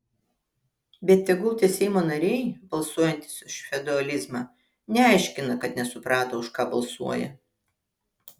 bet tegul tie seimo nariai balsuojantys už feodalizmą neaiškina kad nesuprato už ką balsuoja